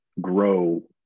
grow